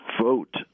vote